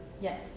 Yes